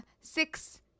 six